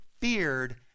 feared